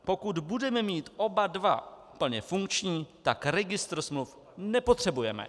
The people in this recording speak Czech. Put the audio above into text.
Pokud budeme mít oba dva plně funkční, tak registr smluv nepotřebujeme.